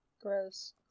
Gross